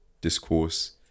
discourse